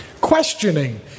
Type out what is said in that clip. Questioning